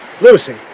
Lucy